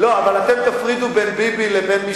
אבל אתם תפרידו בין ביבי לבין,